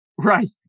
Right